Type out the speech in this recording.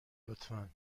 لطفا